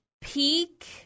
peak